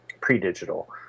pre-digital